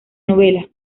novela